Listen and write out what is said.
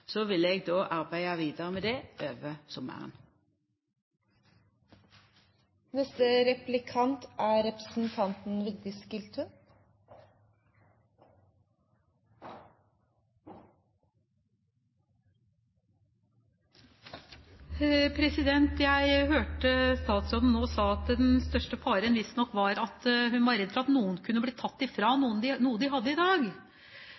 så ville eg arbeida vidare med det over sommaren. Jeg hørte statsråden nå si at den største faren visstnok var at noen kunne bli fratatt noe de hadde i dag. Hvis det er slik at noen,